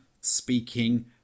speaking